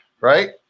right